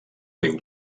riu